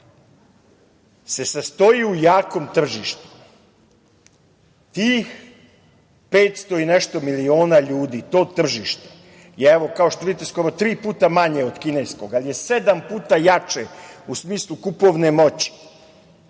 se sastoji u jakom tržištu. Tih 500 i nešto miliona ljudi, to tržište, je evo kao što vidite, skoro tri puta manje od kineskog, ali je sedam puta jače u smislu kupovne moći,